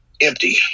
empty